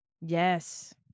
yes